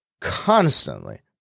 constantly